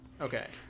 Okay